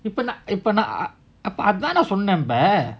இப்பநான்இப்பநான்அதானசொன்னேன்இப்பநான்:ippa naan ippa naan athana sonnen ippa naan